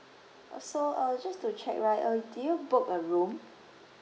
uh so uh just to check right uh did you book a room